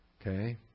Okay